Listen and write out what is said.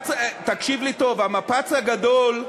תקשיב לי טוב, המפץ הגדול,